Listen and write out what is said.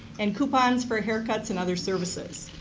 and coupons for haircuts and other services.